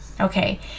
Okay